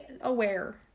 aware